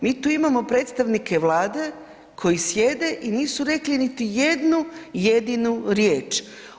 Mi tu imamo predstavnike Vlade koji sjede i nisu rekli niti jednu jedinu riječ.